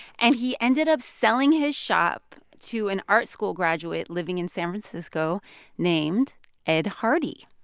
and he ended up selling his shop to an art school graduate living in san francisco named ed hardy